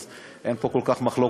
אז אין פה כל כך מחלוקת.